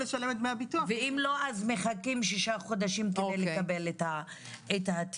-- ואם לא אז מחכים שישה חודשים כדי לקבל את הטיפול.